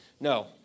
no